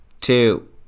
two